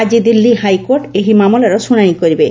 ଆକି ଦିଲ୍ଲୀ ହାଇକୋର୍ଟ ଏହି ମାମଲାର ଶୁଣାଣି କରିବେ